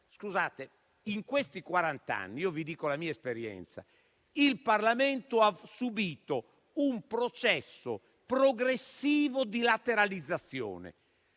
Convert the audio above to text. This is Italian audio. In questi quarant'anni - vi dico la mia esperienza - il Parlamento ha subito un processo progressivo di lateralizzazione,